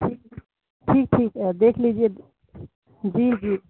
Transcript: ٹھیک ٹھیک ٹھیک ہے دیکھ لیجیے جی جی